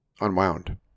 unwound